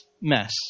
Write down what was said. mess